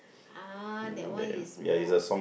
ah that one is more